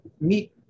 meet